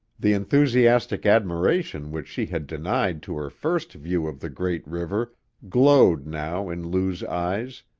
the enthusiastic admiration which she had denied to her first view of the great river glowed now in lou's eyes,